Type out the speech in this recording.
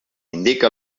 indica